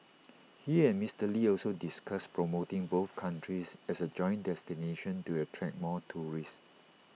he and Mister lee also discussed promoting both countries as A joint destination to attract more tourists